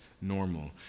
normal